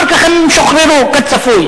אחר כך הם שוחררו, כצפוי.